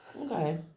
Okay